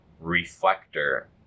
Reflector